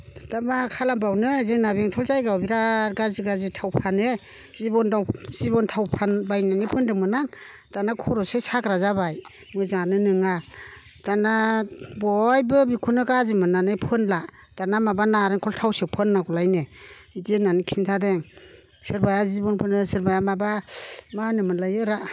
दा मा खालामबावनो जोंना बेंथल जायगायाव बिराद गाज्रि गाज्रि थाव फानो जिबन थाव बायनानै फोन्दोंमोन आं दाना खर'सो साग्रा जाबाय मोजाङानो नङा दानिया बयबो बेखौनो गाज्रि मोननानै फोनला दानिया माबा नारेंखल थावसो फोननांगौलायनो बिदि होननानै खिन्थादों सोरबा जिबन फोनो सोरबा माबा मा होनो मोनलायो रा